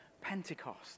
Pentecost